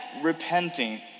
repenting